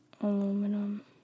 Aluminum